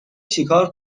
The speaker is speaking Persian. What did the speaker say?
چیکار